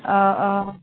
औ औ